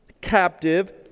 captive